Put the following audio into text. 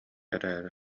эрээри